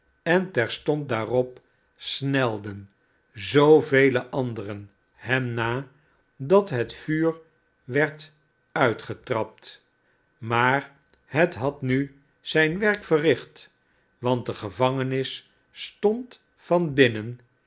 en terstond daarop snelden zoovele anderen hem na dat het vuur werd uitgetrapt maar het had nu zijn werk verncht want de gevangenis stond